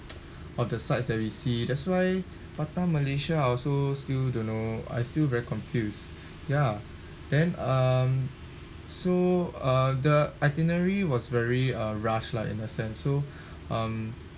of the sites that we see that's why batam malaysia I also still don't know I still very confused yeah then um so uh the itinerary was very uh rush lah in a sense so um